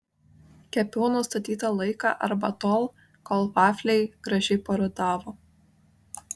kepiau nustatytą laiką arba tol kol vafliai gražiai parudavo